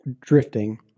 drifting